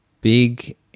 big